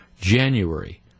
January